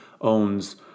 owns